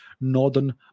northern